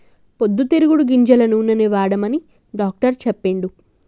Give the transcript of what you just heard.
పొద్దు తిరుగుడు గింజల నూనెనే వాడమని డాక్టర్ చెప్పిండు